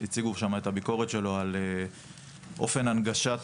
הציגו שם את הביקורת שלו על אופן הנגשת